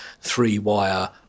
three-wire